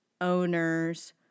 owners